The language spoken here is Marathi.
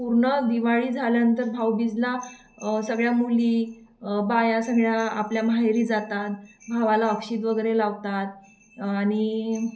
पूर्ण दिवाळी झाल्यानंतर भाऊबीजला सगळ्या मुली बाया सगळ्या आपल्या माहेरी जातात भावाला औक्षित वगैरे लावतात आणि